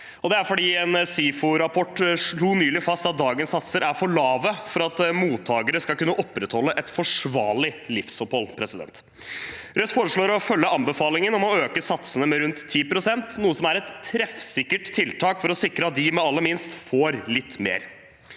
Det er fordi en SIFO-rapport nylig slo fast at dagens satser er for lave for at mottakere skal kunne opprettholde et forsvarlig livsopphold. Rødt foreslår å følge anbefalingen om å øke satsene med rundt 10 pst., noe som er et treffsikkert tiltak for å sikre at de med aller minst får litt mer.